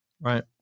Right